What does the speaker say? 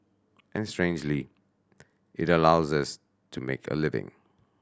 and strangely it allows us to make a living